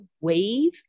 wave